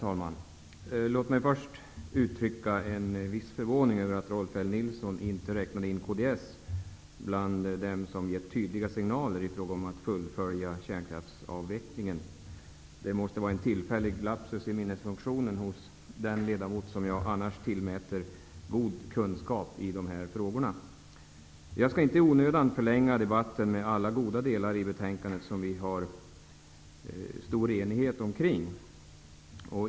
Herr talman! Låt mig först uttrycka viss förvåning över att Rolf L Nilson inte räknade in kds bland dem som gett tydliga signaler i fråga om att kärnkraftsavvecklingen skall fullföljas. Det måste vara en tillfällig lapsus i minnesfunktionen hos den ledamot som jag annars tillmäter god kunskap i de här frågorna. Jag skall inte i onödan förlänga debatten genom att tala om alla de goda delar i betänkandet som det råder stor enighet omkring.